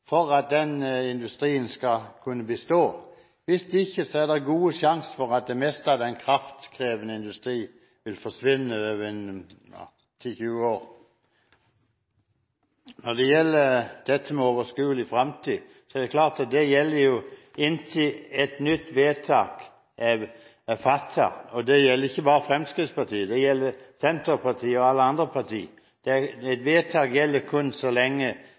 den kraftkrevende industrien vil forsvinne i løpet av 10–20 år. Når det gjelder dette med overskuelig fremtid, er det klart at det gjelder inntil et nytt vedtak er fattet. Og det gjelder ikke bare Fremskrittspartiet, det gjelder Senterpartiet og alle andre partier. Et vedtak gjelder kun